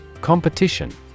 Competition